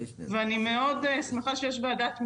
אני מאוד שמחה שישנה ועדת משנה,